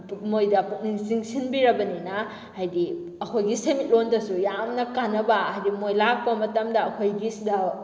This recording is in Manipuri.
ꯃꯣꯏꯗ ꯄꯨꯛꯅꯤꯡ ꯆꯤꯡꯁꯤꯟꯕꯤꯔꯕꯅꯤꯅ ꯍꯥꯏꯗꯤ ꯑꯩꯈꯣꯏꯒꯤ ꯁꯦꯟꯃꯤꯠꯂꯣꯟꯗꯁꯨ ꯌꯥꯝꯅ ꯀꯥꯟꯅꯕ ꯍꯥꯏꯗꯤ ꯃꯣꯏ ꯂꯥꯛꯄ ꯃꯇꯝꯗ ꯑꯩꯈꯣꯏꯒꯤꯁꯤꯗ